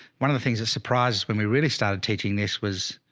one of the things that surprises when we really started teaching this was